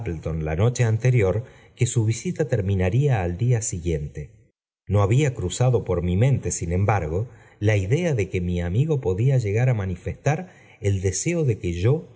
la noche anterior que su visita terminaría al día siguiente no había cruzado por mi monto sin embargo la idea do quo mi amigo podía llegar a manifestar el deseo de que yo